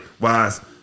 wise